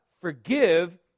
Forgive